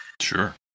sure